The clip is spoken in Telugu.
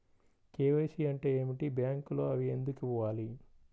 కే.వై.సి అంటే ఏమిటి? బ్యాంకులో అవి ఎందుకు ఇవ్వాలి?